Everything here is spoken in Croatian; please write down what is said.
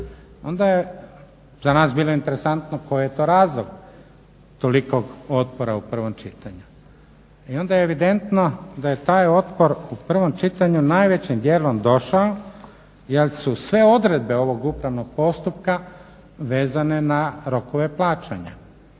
Onda je za nas bilo interesantno koji je to razlog tolikog otpora u prvom čitanju. I onda je evidentno da je taj otpor u prvom čitanju najvećim dijelom došao jer su sve odredbe ovog upravnog postupka vezane na rokove plaćanja.